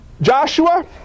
Joshua